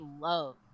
love